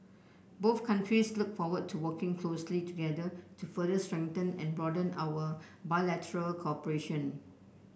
both countries look forward to working closely together to further strengthen and broaden our bilateral cooperation